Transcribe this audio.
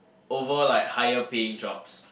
over like higher paying jobs